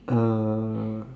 uh